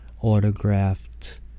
autographed